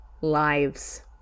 lives